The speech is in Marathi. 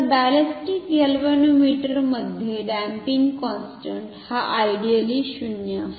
तर बॅलिस्टिक गॅल्व्होमीटरमध्ये डॅम्पिंग कोन्स्टंट हा आयडीअली 0 आहे